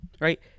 right